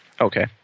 Okay